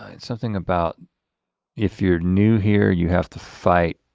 ah something about if you're new here, you have to fight.